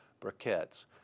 briquettes